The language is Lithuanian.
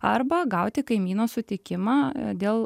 arba gauti kaimyno sutikimą dėl